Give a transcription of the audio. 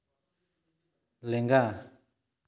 ᱞᱮᱸᱜᱟ